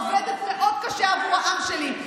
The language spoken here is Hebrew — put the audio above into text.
עובדת מאוד קשה עבור העם שלי.